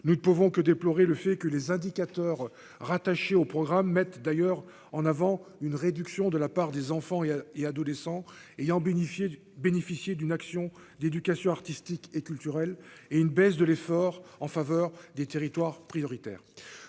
nous ne pouvons que déplorer le fait que les indicateurs rattaché au programme mettent d'ailleurs en avant une réduction de la part des enfants, il a et adolescents ayant bénéficié de bénéficier d'une action d'éducation artistique et culturelle et une baisse de l'effort en faveur des territoires prioritaires